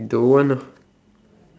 don't want ah